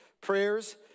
prayers